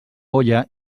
olla